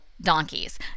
donkeys